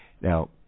now